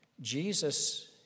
Jesus